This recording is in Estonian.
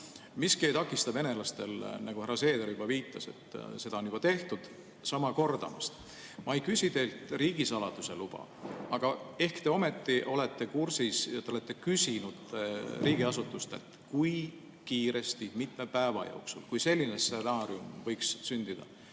Miski ei takista venelastel – nagu härra Seeder viitas, seda on juba tehtud – sama kordamast. Ma ei küsi teilt riigisaladuse luba. Aga ehk te ometi olete kursis ja te olete küsinud riigiasutustelt, kui kiiresti, mitme päeva jooksul, kui selline stsenaarium võiks sündida,